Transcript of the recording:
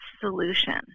solution